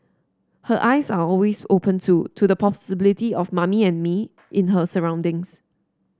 her eyes are always open too to the possibility of mummy and me in her surroundings